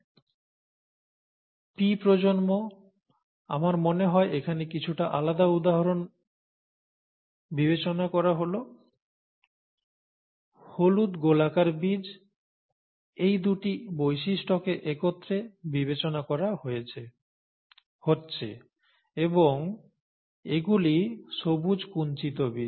P প্রজন্ম আমার মনে হয় এখানে কিছুটা আলাদা উদাহরণ বিবেচনা করা হল হলুদ গোলাকার বীজ এই দুটি বৈশিষ্ট্যকে একত্রে বিবেচনা করা হচ্ছে এবং এগুলি সবুজ কুঞ্চিত বীজ